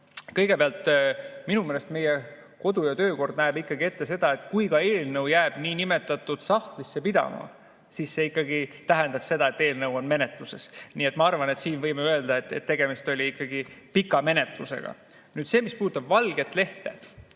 Kõigepealt, minu meelest meie kodu- ja töökord näeb ette seda, et kui ka eelnõu jääb nii-öelda sahtlisse pidama, siis see ikkagi tähendab seda, et eelnõu on menetluses. Nii et ma arvan, et siin võime öelda, et tegemist oli ikkagi pika menetlusega. Nüüd see, mis puudutab valget lehte